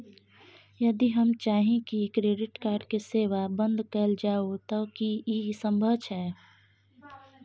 यदि हम चाही की क्रेडिट कार्ड के सेवा बंद कैल जाऊ त की इ संभव छै?